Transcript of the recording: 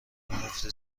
مفت